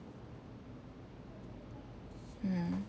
hmm